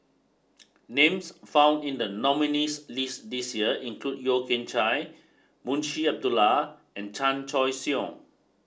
names found in the nominees' list this year include Yeo Kian Chai Munshi Abdullah and Chan Choy Siong